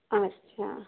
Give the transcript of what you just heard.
اچھا